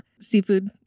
Seafood